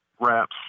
wraps